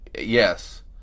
Yes